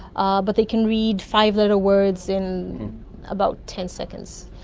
ah but they can read five-letter words in about ten seconds.